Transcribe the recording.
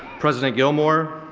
president gilmour,